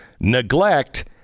neglect